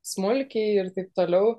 smulkiai ir taip toliau